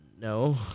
No